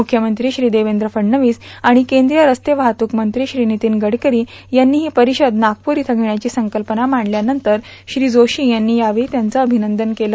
मुख्यमंत्री श्री देवेंद्र फडणवीस आणि केंद्रीय रस्ते वाहतूक मंत्री श्री नितीन गडकरी यांनी ही परिषद नागपूर इथं घेण्याची संकल्पना मांडल्यानंतर श्री जोशी यांनी यावेळी त्यांचं अभिनंदन केलं